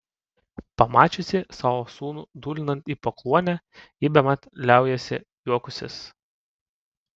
pamačiusi savo sūnų dūlinant į pakluonę ji bemat liaujasi juokusis